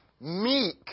meek